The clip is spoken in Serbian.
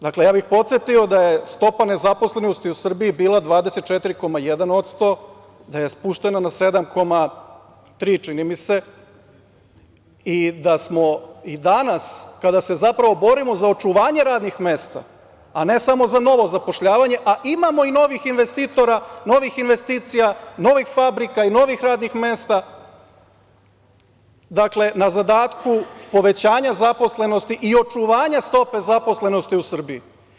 Dakle, podsetio bih da je stopa nezaposlenosti u Srbiji bila 24,1%, da je spušteno na 7, 3% čini mi se, i da smo i danas kada se zapravo borimo za očuvanje radnih mesta, a ne samo za novo zapošljavanje, a imamo i novih investitora, novih investicija, novih fabrika i novih radnih mesta, dakle na zadatku povećanja zaposlenosti i očuvanja stope zaposlenosti u Srbiji.